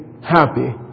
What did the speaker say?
happy